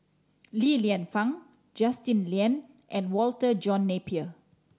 Li Lienfung Justin Lean and Walter John Napier